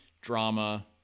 drama